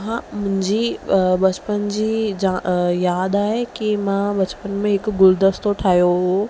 हा मुंहिंजी अ बचपन जी जा यादि आहे की मां बचपन में हिकु गुलदस्तो ठाहियो हुओ